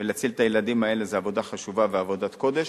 ולהציל את הילדים האלה זה עבודה חשובה ועבודת קודש.